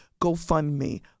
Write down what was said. GoFundMe